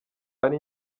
ari